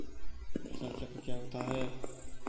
फसल चक्र क्या होता है?